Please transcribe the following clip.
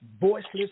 voiceless